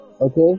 Okay